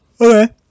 Okay